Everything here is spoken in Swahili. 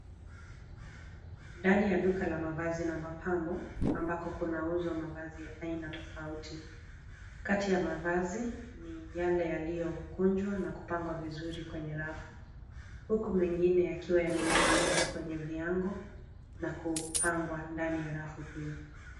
Ndani ya duka la mavazi na mapambo ambako kunauzwa mavazi ya aina tofauti. Kati ya mavazi ni yale yaliyokunjwa na kupangwa vizuri kwenye rafu, huku mengine yakiwa yamening'inizwa kwenye viango na kupangwa ndani ya rafu pia.